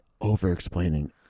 over-explaining